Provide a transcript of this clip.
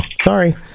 Sorry